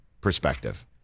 perspective